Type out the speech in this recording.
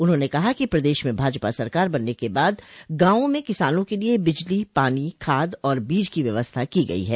उन्होंने कहा कि प्रदेश में भाजपा सरकार बनने के बाद गांवों में किसानों के लिए बिजली पानी खाद और बीज की व्यवस्था की गई है